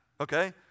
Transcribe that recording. Okay